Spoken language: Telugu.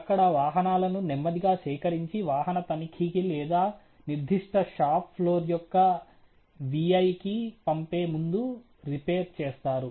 అక్కడ వాహనాలను నెమ్మదిగా సేకరించి వాహన తనిఖీకి లేదా నిర్దిష్ట షాప్ ఫ్లోర్ యొక్క VI కి పంపే ముందు రిపేర్ చేస్తారు